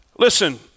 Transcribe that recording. Listen